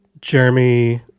Jeremy